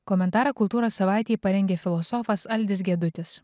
komentarą kultūros savaitei parengė filosofas aldis gedutis